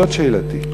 זאת שאלתי.